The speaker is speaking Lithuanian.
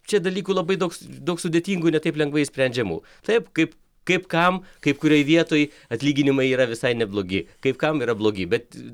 čia dalykų labai daug daug sudėtingų ne taip lengvai išsprendžiamų taip kaip kaip kam kaip kurioj vietoj atlyginimai yra visai neblogi kaip kam yra blogi bet